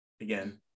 again